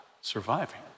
surviving